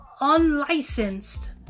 unlicensed